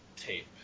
tape